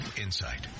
insight